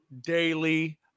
Daily